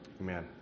Amen